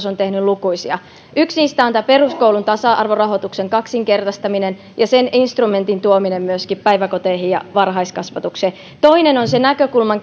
on tehnyt lukuisia yksi niistä on peruskoulun tasa arvorahoituksen kaksinkertaistaminen ja sen instrumentin tuominen myöskin päiväkoteihin ja varhaiskasvatukseen toinen on näkökulman